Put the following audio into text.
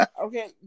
Okay